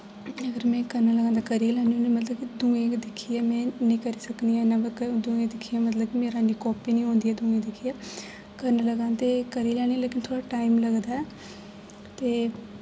जेगर में करन लगां तां करी गै लैन्नी आं मतलब दुऐ गै दिक्खयै में नेईं करी सकनी दुऐ दी दिक्खियै मतलब मेरा इन्नी कापी निं होंदी ऐ दुऐ दी दिक्खियै करन लगां ते करी लैन्नी लेकिन थोह्ड़ा टाइम लगदा ऐ ते